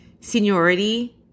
seniority